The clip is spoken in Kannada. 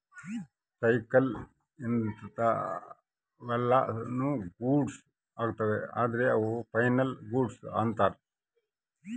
ಸೈಕಲ್ ಇಂತವೆಲ್ಲ ನು ಗೂಡ್ಸ್ ಅಗ್ತವ ಅದ್ರ ಅವು ಫೈನಲ್ ಗೂಡ್ಸ್ ಅಂತರ್